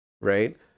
right